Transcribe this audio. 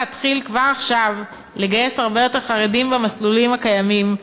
להתחיל כבר עכשיו לגייס הרבה יותר חרדים במסלולים הקיימים,